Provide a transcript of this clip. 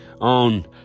on